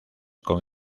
con